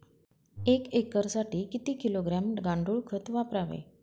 एक एकरसाठी किती किलोग्रॅम गांडूळ खत वापरावे?